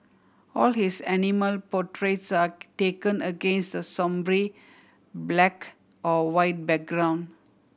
all his animal portraits are taken against a sombre black or white background